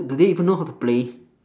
do they even know how to play